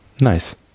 Nice